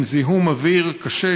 עם זיהום אוויר קשה,